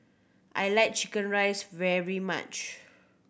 I like chicken rice very much